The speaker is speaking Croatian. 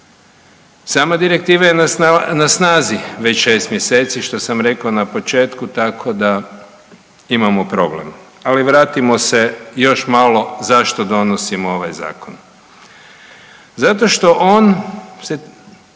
Sama Direktiva je na snazi već 6 mjeseci što sam rekao na početku, tako da imamo problem. Ali vratimo se još malo zašto donosimo ovaj Zakon. Zato što on